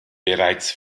bereits